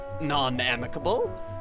non-amicable